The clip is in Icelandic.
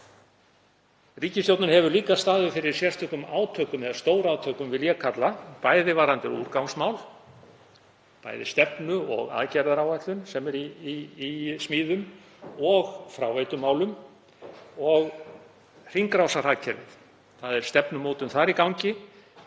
Ríkisstjórnin hefur líka staðið fyrir sérstökum átökum, eða stórátökum vil ég kalla, varðandi úrgangsmál, stefnu og aðgerðaáætlun sem er í smíðum, fráveitumál og hringrásarhagkerfi. Þar er stefnumótun í gangi